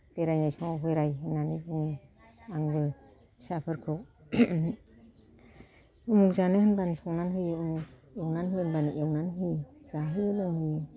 बेरायनाय समाव बेराय होननानै बुङो आंबो फिसाफोरखौ उमुक जानो होनबानो संनानै होयो उमुक एवनानै हो होनबानो एवनानै होयो जाहोयो लोंहोयो